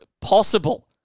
possible